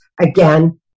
again